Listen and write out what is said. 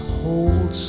hold